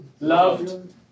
Loved